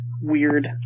weird